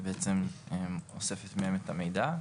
שבעצם אוספת מהם את המידע.